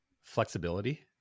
flexibility